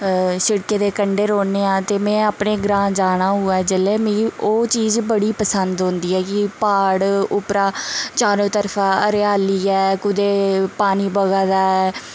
सिड़के दे कंडै रौह्न्ने आं ते में अपने ग्रांऽ जाना होऐ जेल्लै बी मिगी ओह् चीज़ बड़ी पसंद औंदी ऐ कि प्हाड़ उप्परा चारो तरफ हरियाली ऐ कुदै पानी बगा दा ऐ